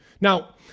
Now